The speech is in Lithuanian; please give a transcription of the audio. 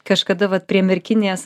kažkada vat prie merkinės